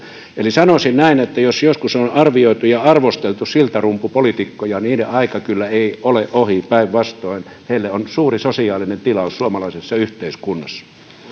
eli sanoisin näin että jos joskus on arvioitu ja arvosteltu siltarumpupoliitikkoja niiden aika ei kyllä ole ohi päinvastoin heille on suuri sosiaalinen tilaus suomalaisessa yhteiskunnassa